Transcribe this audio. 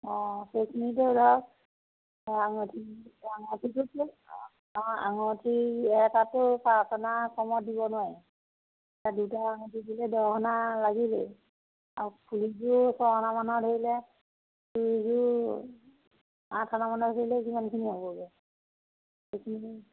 অঁ সেইখিনিটো ধৰক আঙুঠিটোত আঙুঠি এটাটো পাঁচ অনাৰ কমত দিব নোৱাৰি দুটা আঙুঠি দিলে দহ অনা লাগিবই আৰু ফুলিযোৰো ছয় অনামান ধৰিলে ফুলিযোৰ আঠ অনামানৰ ধৰিলে কিমানখিনি হ'বগৈ সেইখিনি